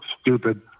stupid